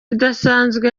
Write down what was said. idasanzwe